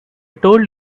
told